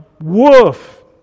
wolf